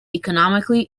economically